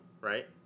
right